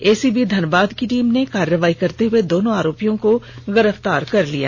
ACB Dhanbad की team ने कार्रवाई करते हुए दोनो आरोपियों को गिरफ्तार कर लिया